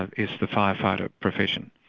ah is the firefighter profession.